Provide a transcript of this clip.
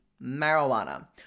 Marijuana